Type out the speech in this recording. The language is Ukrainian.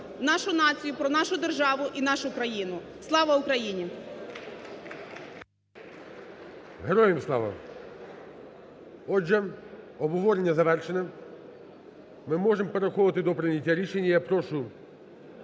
нашу націю, про нашу державу і нашу країну. Слава Україні! ГОЛОВУЮЧИЙ. Героям слава! Отже, обговорення завершено. Ми можемо переходити до прийняття рішення і я прошу